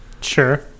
sure